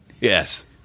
yes